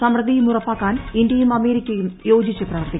സമൃദ്ധിയും ഉറപ്പാക്കാൻ ഇന്ത്യയും അമേരിക്കയും യോജിച്ചു പ്രവർത്തിക്കും